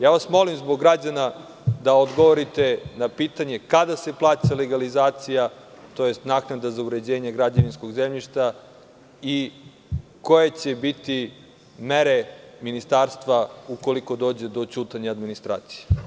Molim vas zbog građana da odgovorite na pitanje – kada se plaća legalizacija, tj. naknada za uređenje građevinskog zemljišta i koje će biti mere ministarstva ukoliko dođe do ćutanja administracije?